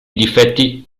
difetti